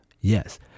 Yes